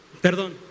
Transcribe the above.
perdón